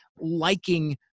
liking